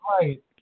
Right